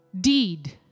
deed